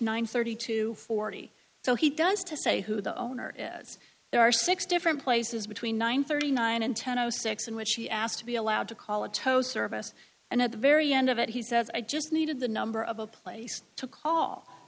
nine thirty to forty so he does to say who the owner is there are six different places between nine thirty nine and ten o six in which he asked to be allowed to call a tow service and at the very end of it he says i just needed the number of a place to call